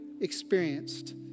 experienced